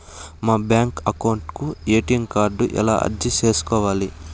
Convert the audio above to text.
మా bank account కు ATM card ఎలా అర్జీ సేసుకోవాలి?